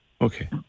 Okay